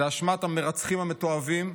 זו אשמת המרצחים המתועבים,